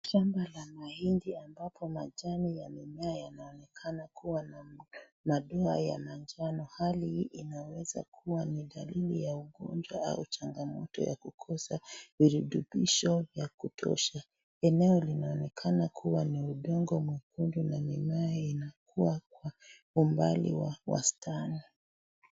Shamba la mahindi ambapo majani ya mimea yanaonekana kuwa na madoa ya manjano. Hali hii inaweza kuwa ni dalili ya ugonjwa au changamoto ya kukosa virutubisho vya kutosha. Eneo linaonekana kuwa na udongo mwekundu na mimea inakua kwa umbali wa wastani.